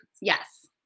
Yes